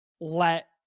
let